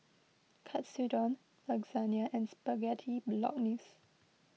Katsudon Lasagna and Spaghetti Bolognese